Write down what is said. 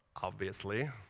obviously.